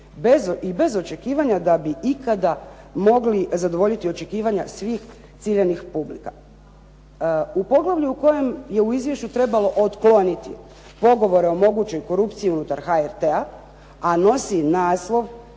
i bez očekivanja da bi ikada mogli zadovoljiti očekivanja svih ciljanih publika. U poglavlju u kojem je u izvješću trebalo otkloniti pogovore o mogućoj korupciji unutar HRT-a, a nosi naslov